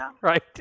right